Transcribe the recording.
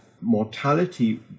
mortality